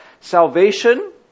salvation